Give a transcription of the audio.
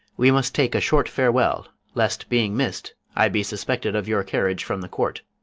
we must take a short farewell, lest, being miss'd, i be suspected of your carriage from the court.